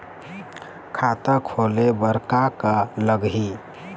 खाता खोले बर का का लगही?